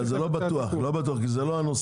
לא יודע, זה לא בטוח כי זה לא הנושא.